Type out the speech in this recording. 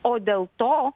o dėl to